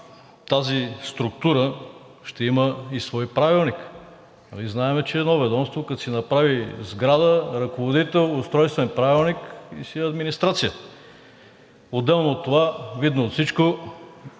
тази структура ще има и свой правилник. Нали знаем, че едно ведомство, като си направи сграда, ръководител, устройствен правилник – си е администрация, отделно от това, видно от всичко,